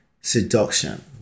seduction